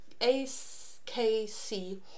AKC